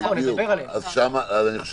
אני אומר